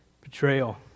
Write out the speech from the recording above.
betrayal